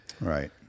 Right